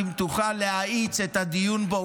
אם תוכל להאיץ את הדיון בו,